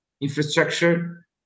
infrastructure